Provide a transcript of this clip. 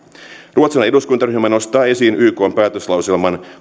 ruotsalainen eduskuntaryhmä nostaa esiin ykn päätöslauselman